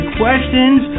questions